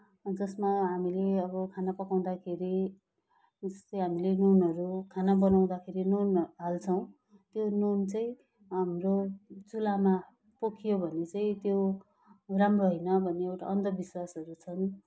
जसमा हामीले अब खाना पकाउँदाखेरि जस्तै हामीले नुनहरू खाना बनाउँदाखेरि नुन हाल्छौँ त्यो नुन चाहिँ हाम्रो चुलामा पोखियो भने चाहिँ त्यो राम्रो होइन भन्ने एउटा अन्धविश्वासहरू छन्